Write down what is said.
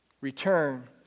Return